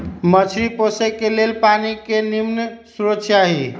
मछरी पोशे के लेल पानी के निम्मन स्रोत चाही